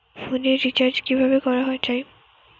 ফোনের রিচার্জ কিভাবে করা যায়?